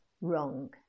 wrong